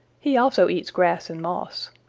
he also eats grass and moss.